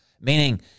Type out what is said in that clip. Meaning